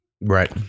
Right